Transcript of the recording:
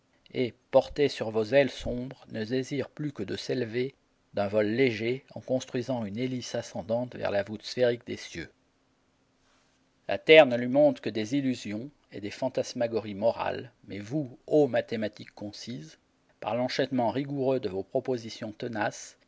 et porté sur vos ailes sombres ne désire plus que de s'élever d'un vol léger en construisant une hélice ascendante vers la voûte sphérique des cieux la terre ne lui montre que des illusions et des fantasmagories morales mais vous ô mathématiques concises par l'enchaînement rigoureux de vos propositions tenaces